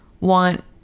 want